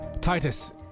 Titus